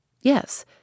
Yes